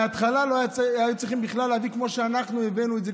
מההתחלה היו צריכים להביא כמו שאנחנו הבאנו את זה,